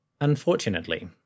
Unfortunately